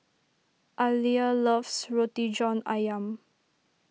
Aleah loves Roti John Ayam